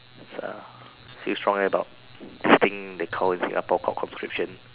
is a feel strongly about this thing they call in singapore called conscription